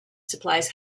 supplies